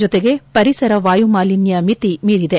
ಜತೆಗೆ ಪರಿಸರ ವಾಯು ಮಾಲಿನ್ನ ಮಿತಿ ಮೀರಿದೆ